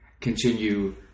continue